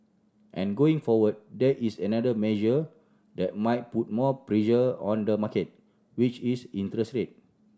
and going forward there is another measure that might put more pressure on the market which is interest rate